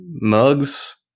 mugs